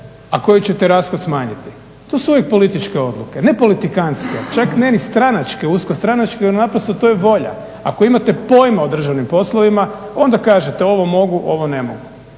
a koji ćete rashod smanjiti. To su uvijek političke odluke, ne politikantske, čak ne ni stranačke uskostranačke ali naprosto to je volja. Ako imate pojma o državnim poslovima onda kažete ovo mogu, ovo ne mogu.